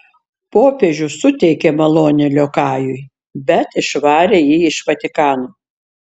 popiežius suteikė malonę liokajui bet išvarė jį iš vatikano